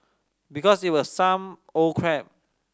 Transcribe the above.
because it was some old crap